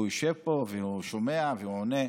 הוא יושב פה והוא שומע והוא עונה.